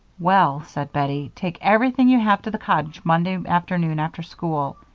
well, said bettie, take everything you have to the cottage monday afternoon after school.